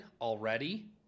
already